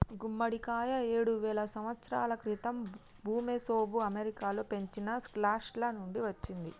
గుమ్మడికాయ ఏడువేల సంవత్సరాల క్రితం ఋమెసోఋ అమెరికాలో పెంచిన స్క్వాష్ల నుండి వచ్చింది